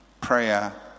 prayer